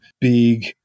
big